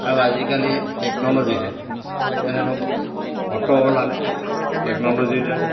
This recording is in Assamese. আৰু আজিকালি টেকন'লজিৰ দ্বাৰা এনে ধৰক অট' ওলালে টেকন'ল'জিৰ দ্বাৰা